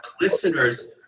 listeners